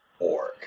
org